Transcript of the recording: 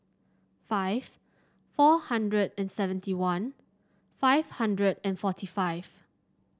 five four hundred and seventy one five hundred and forty five